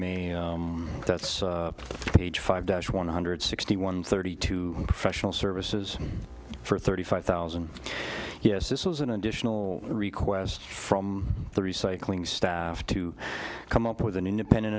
may that's page five dash one hundred sixty one thirty two freshness services for thirty five thousand yes this was an additional request from the recycling staff to come up with an independent